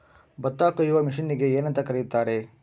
ಭತ್ತ ಕೊಯ್ಯುವ ಮಿಷನ್ನಿಗೆ ಏನಂತ ಕರೆಯುತ್ತಾರೆ?